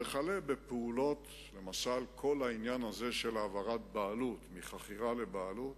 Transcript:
וכלה בפעולות העברת בעלות מחכירה לבעלות.